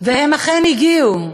והם אכן הגיעו בהמוניהם,